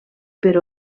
per